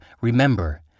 remember